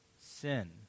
sin